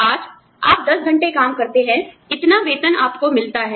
आज आप दस घंटे काम करते हैं इतना वेतन आपको मिलता है